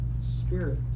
spirit